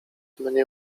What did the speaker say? mnie